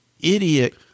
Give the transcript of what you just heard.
idiot